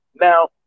Now